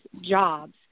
jobs